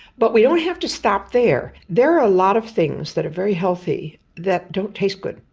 but we don't have to stop there. there are a lot of things that are very healthy that don't taste good.